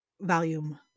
volume